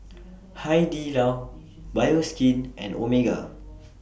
Hai Di Lao Bioskin and Omega